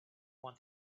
want